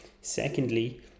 secondly